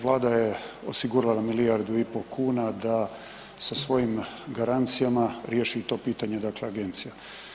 Vlada je osigurala milijardu i pol kuna da sa svojim garancijama riješi to pitanje dakle agencija.